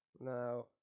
Now